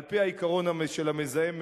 על-פי העיקרון של המזהם משלם,